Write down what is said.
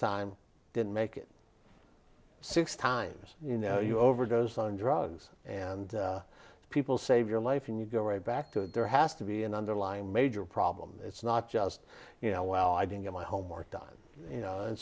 time didn't make it six times you know you overdosed on drugs and people save your life and you go right back to there has to be an underlying major problem it's not just you know well i didn't get my homework done you know and